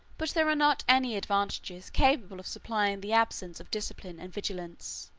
but there are not any advantages capable of supplying the absence of discipline and vigilance.